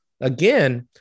again